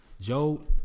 Joe